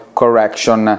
correction